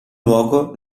luogo